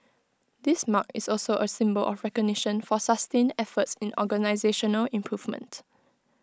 this mark is also A symbol of recognition for sustained efforts in organisational improvement